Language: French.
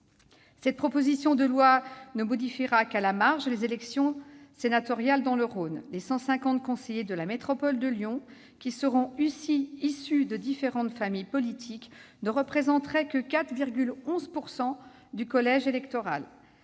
cette proposition de loi ne modifiera qu'à la marge les élections sénatoriales dans le Rhône : les 150 conseillers de la métropole de Lyon, qui seront issus de différentes familles politiques, ne représenteront que 4,11 % du collège électoral.